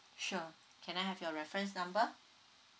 sure can I have your reference number